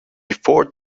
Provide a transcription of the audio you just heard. before